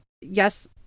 yes